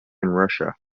russia